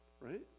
right